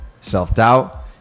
self-doubt